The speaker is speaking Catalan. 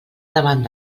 davant